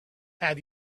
have